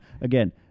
again